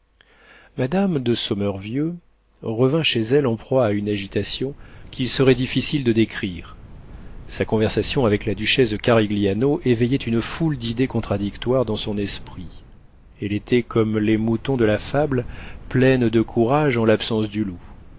madame de sommervieux revint chez elle en proie à une agitation qu'il serait difficile de décrire sa conversation avec la duchesse de carigliano éveillait une foule d'idées contradictoires dans son esprit elle était comme les moutons de la fable pleine de courage en l'absence du loup